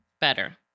better